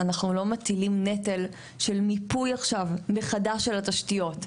אנחנו לא מטילים נטל של מיפוי עכשיו מחדש של התשתיות.